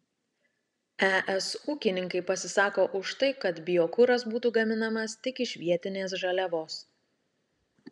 es ūkininkai pasisako už tai kad biokuras būtų gaminamas tik iš vietinės žaliavos